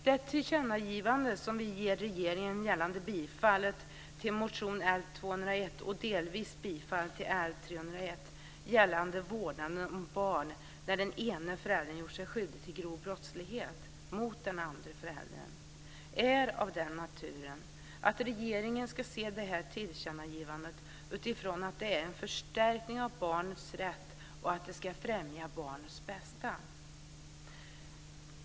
Det tillkännagivande som vi ger regeringen gällande bifall till motion L201 och delvis bifall till L301 gällande vårdnaden om barn när den ena föräldern har gjort sig skyldig till grov brottslighet mot den andra föräldern är av den naturen att regeringen ska se detta tillkännagivande utifrån att det är en förstärkning av barnets rätt och att det ska främja barnets bästa.